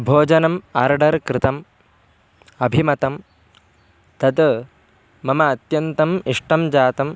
भोजनम् आर्डर् कृतम् अभिमतं तत् मम अत्यन्तम् इष्टं जातम्